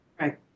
Right